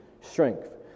strength